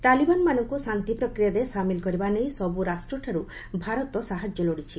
ତାଲିବାନମାନଙ୍କୁ ଶାନ୍ତିପ୍ରକ୍ରିୟାରେ ସମିଲ କରିବା ନେଇ ସବୁ ରାଷ୍ଟ୍ରଠରୁ ଆଫଗାନିସ୍ତାନ ସାହାଯ୍ୟ ଲୋଡ଼ିଛି